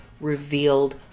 revealed